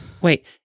Wait